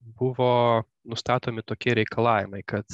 buvo nustatomi tokie reikalavimai kad